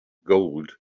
gold